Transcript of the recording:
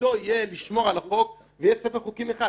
שתפקידו יהיה לשמור על החוק ויהיה ספר חוקים אחד,